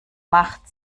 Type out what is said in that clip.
macht